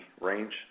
range